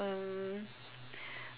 um